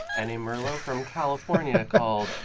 and a merlot from california called